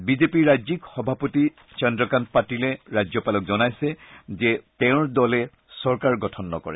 বিজেপিৰ ৰাজ্যিক সভাপতি চন্দ্ৰকান্ত পাটিলে ৰাজ্যপালক জনাইছে যে তেওঁৰ দলে চৰকাৰ গঠন নকৰে